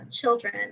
children